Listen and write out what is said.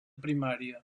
primària